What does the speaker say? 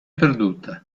perduta